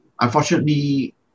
Unfortunately